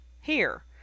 Here